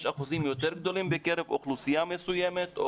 יש אחוזים יותר גדולים בקרב אוכלוסייה מסוימת?